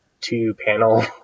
two-panel